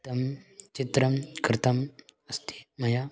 चित्रं चित्रं कृतम् अस्ति मया